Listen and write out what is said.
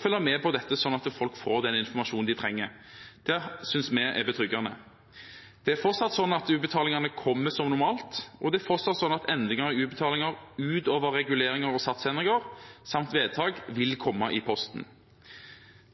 følge med på dette, sånn at folk får den informasjonen de trenger. Det synes vi er betryggende. Det er fortsatt sånn at utbetalingene kommer som normalt, og det er fortsatt sånn at endringer av utbetalinger utover reguleringer og satsendringer samt vedtak vil komme i posten.